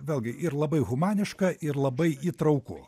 vėlgi ir labai humaniška ir labai įtrauku